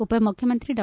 ಉಪಮುಖ್ಯಮಂತ್ರಿ ಡಾ